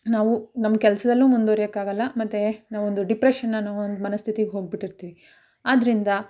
ನಾವು ನಮ್ಮ ಕೆಲ್ಸದಲ್ಲೂ ಮುಂದುವರೆಯೋಕ್ಕಾಗೋಲ್ಲ ಮತ್ತು ನಾವೊಂದು ಡಿಪ್ರೆಶನ್ ಅನ್ನೋ ಒಂದು ಮನಸ್ಥಿತಿಗೆ ಹೋಗ್ಬಿಟ್ಟಿರ್ತೀವಿ ಆದ್ದರಿಂದ